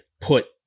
put